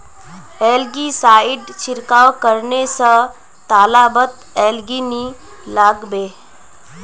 algae side छिड़काव करने स तालाबत एलगी नी लागबे